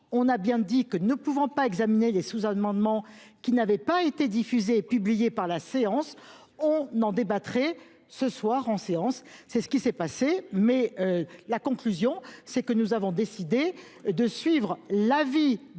On a bien dit que nous ne pouvons pas examiner les sous-amendements qui n'avaient pas été diffusés et publiés par la séance. On en débattrait ce soir en séance. C'est ce qui s'est passé mais la conclusion c'est que nous avons décidé de suivre l'avis